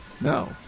no